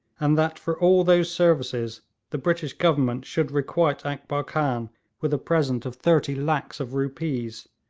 and that for all those services the british government should requite akbar khan with a present of thirty lakhs of rupees,